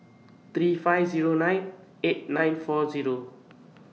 three five Zero nine eight nine four Zero